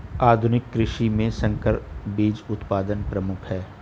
आधुनिक कृषि में संकर बीज उत्पादन प्रमुख है